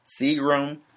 Seagram